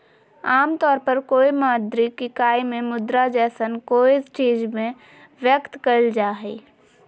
आमतौर पर कोय मौद्रिक इकाई में मुद्रा जैसन कोय चीज़ में व्यक्त कइल जा हइ